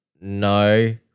no